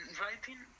writing